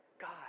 God